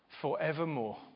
forevermore